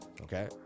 Okay